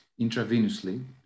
intravenously